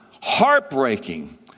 heartbreaking